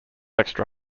extra